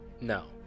no